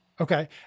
Okay